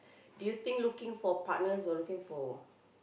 do you think looking for partners or looking for